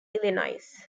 illinois